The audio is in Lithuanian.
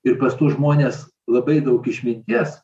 ir pas tuos žmones labai daug išminties